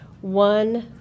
one